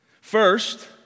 First